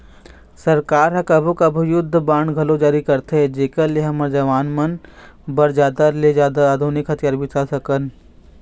सरकार ह कभू कभू युद्ध बांड घलोक जारी करथे जेखर ले हमर जवान मन बर जादा ले जादा आधुनिक हथियार बिसा सकन